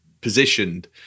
positioned